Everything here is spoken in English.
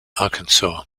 arkansas